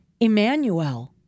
Emmanuel